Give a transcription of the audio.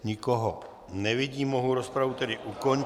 Nikoho nevidím, mohu rozpravu tedy ukončit.